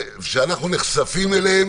שאנחנו נחשפים אליהם